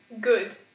Good